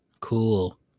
cool